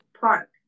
park